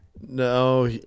No